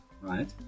right